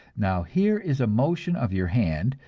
now here is a motion of your hand,